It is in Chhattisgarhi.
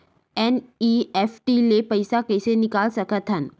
एन.ई.एफ.टी ले पईसा कइसे निकाल सकत हन?